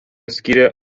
skiria